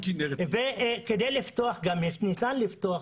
כדי לפתוח גם ניתן לפתוח,